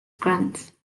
grant